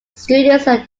students